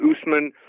Usman